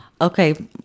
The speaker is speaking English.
Okay